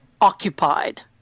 occupied